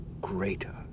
greater